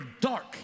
Dark